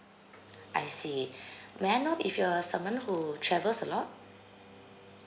I see may I know if you're someone who travels a lot